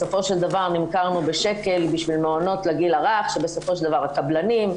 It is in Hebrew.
בסופו של דבר נמכרנו בשקל בשביל מעונות לגיל הרך שבסופו של דבר הקבלנים,